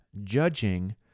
judging